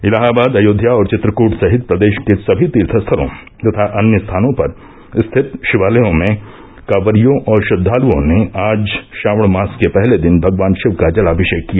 इलाहाबाद अयोध्या और चित्रकट सहित प्रदेष के सभी तीर्थ स्थलों तथा अन्य स्थानों पर स्थित षिवालयों में कांवरियों और श्रद्धालुओं ने आज श्रावण मास के पहले दिन भगवान षिव का जलाभिशेक किया